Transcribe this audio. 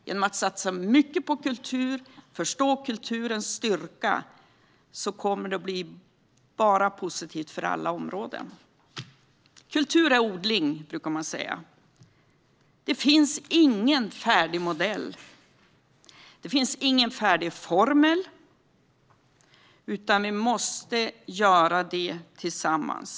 Genom att satsa mycket på kultur och förstå kulturens styrka kommer det att bli positivt för alla områden. Kultur är odling, brukar man säga. Det finns ingen färdig modell. Det finns ingen färdig formel, utan vi måste göra det tillsammans.